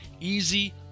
easy